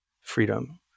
freedom